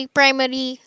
primary